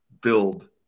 build